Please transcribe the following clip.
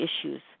issues